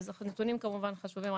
אז הנתונים כמובן חשובים.